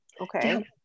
okay